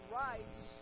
rights